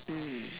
mm